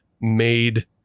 made